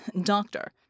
doctor